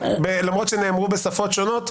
למרות שנאמרו בשפות שונות,